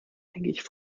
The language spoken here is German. eigentlich